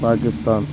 Pakistan